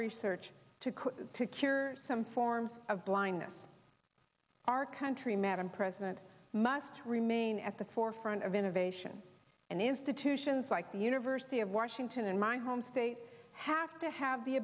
research to secure some forms of blindness our country madam president must remain at the forefront of innovation and institutions like the university of washington and my home state have to have the